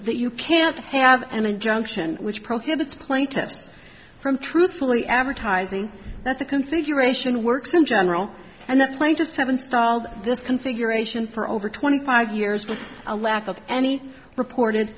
that you can't have an injunction which prohibits plaintiffs from truthfully advertising that the configuration works in general and the plaintiffs have installed this configuration for over twenty five years with a lack of any reported